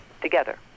together